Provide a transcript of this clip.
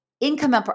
income